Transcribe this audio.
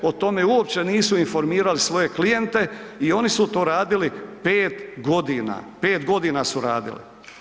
O tome uopće nisu informirali svoje klijente i oni su to radili pet godina, pet godina su radili.